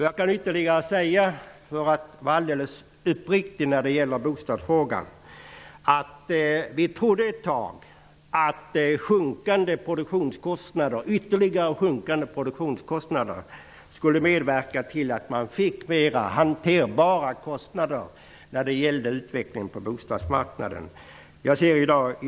Jag vill för att vara alldeles uppriktig när det gäller bostadsfrågan dessutom säga att vi ett tag trodde att ytterligare sjunkande produktionskostnader skulle medverka till att man skulle få mera hanterbara kostnader på bostadsmarknaden.